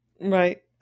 Right